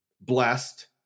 blessed